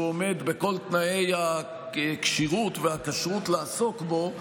עומד בכל תנאי כשירות והכשרות לעסוק בו,